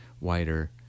wider